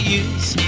use